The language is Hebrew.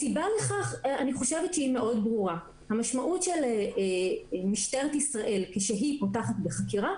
הסיבה לכך מאוד ברורה המשמעות של משטרת ישראל כשהיא פותחת בחקירה,